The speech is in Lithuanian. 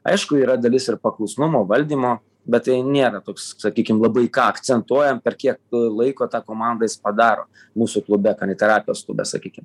aišku yra dalis ir paklusnumo valdymo bet tai nėra toks sakykim labai į ką akcentuojam per kiek laiko tą komandą jis padaro mūsų klube kaniterapijos klube sakykim